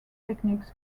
techniques